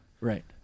right